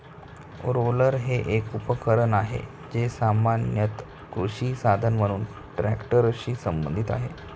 roller हे एक उपकरण आहे, जे सामान्यत कृषी साधन म्हणून ट्रॅक्टरशी संबंधित आहे